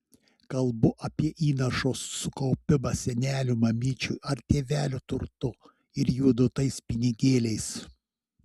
kalbu apie įnašo sukaupimą senelių mamyčių ar tėvelių turtu ir jų duotais pinigėliais